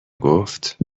گفت